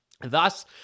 Thus